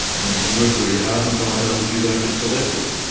and you can work very hard and find out that you don't get selected,